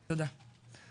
תודה.